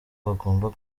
bagomba